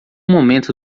momento